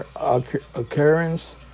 occurrence